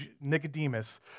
Nicodemus